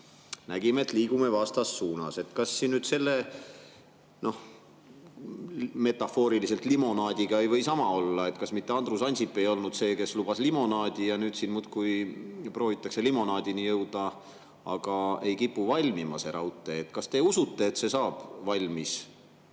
nägime, et me liigume vastassuunas. Kas selle metafoorilise limonaadiga ei või sama olla? Kas mitte Andrus Ansip ei olnud see, kes lubas limonaadi, ja nüüd siin muudkui proovitakse limonaadini jõuda, aga ei kipu valmima see raudtee? Kas te usute, et see saab valmis